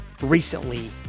recently